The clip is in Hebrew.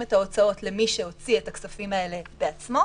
את ההוצאות למי שהוציא את הכספים האלה בעצמו,